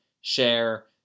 share